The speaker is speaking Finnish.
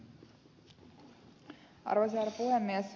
arvoisa herra puhemies